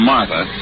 Martha